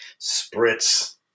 spritz